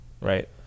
right